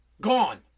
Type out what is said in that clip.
gone